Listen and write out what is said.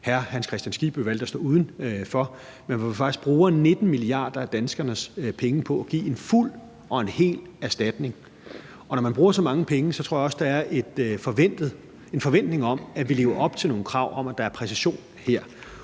hr. Hans Kristian Skibby valgte at stå uden for, men hvor vi faktisk bruger 19 mia. kr. af danskernes penge på at give en fuld og en hel erstatning. Når man bruger så mange penge, så tror jeg også, at der er en forventning om, at vi lever op til nogle krav om, at der er præcision her.